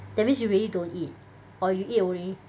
that means you really don't eat or you eat only